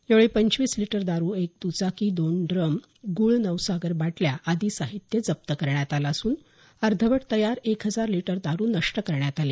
यावेळी पंचवीस लिटर दारु एक दुचाकी दोन ड्रम गुळ नवसागर बाटल्या आदी साहित्य जप्त करण्यात आलं असून अर्धवट तयार एक हजार लिटर दारु नष्ट करण्यात आली